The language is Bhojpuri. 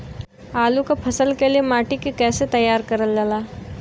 आलू क फसल के लिए माटी के कैसे तैयार करल जाला?